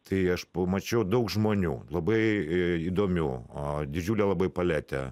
tai aš pamačiau daug žmonių labai i įdomių a didžiulę labai paletę